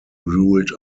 ruled